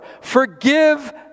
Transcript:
forgive